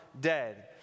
dead